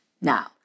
Now